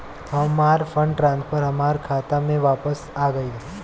हमार fund transfer हमार खाता में वापस आ गइल